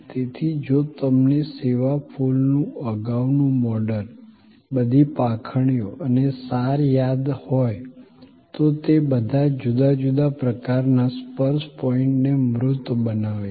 તેથી જો તમને સેવા ફૂલનું અગાઉનું મોડલ બધી પાંખડીઓ અને સાર યાદ હોય તો તે બધા જુદા જુદા પ્રકારના સ્પર્શ પોઈન્ટને મૂર્ત બનાવે છે